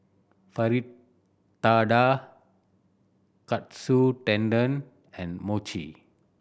Fritada Katsu Tendon and Mochi